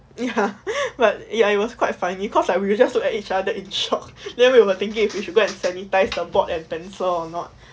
ya but ya it was quite funny cause like we were just look at each other in shocked then we were thinking if we should go and sanitise the board and pencil or not